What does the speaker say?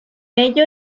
ello